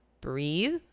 breathe